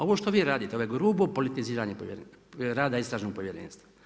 Ovo što vi radite ovo je grubo politiziranje rada istražnog povjerenstva.